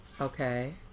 okay